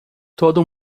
todo